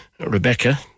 Rebecca